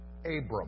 Abram